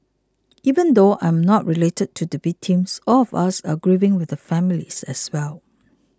even though I am not related to the victims all of us are grieving with the families as well